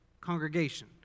congregation